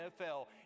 NFL